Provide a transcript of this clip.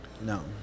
No